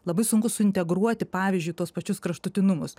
labai sunku suintegruoti pavyzdžiui tuos pačius kraštutinumus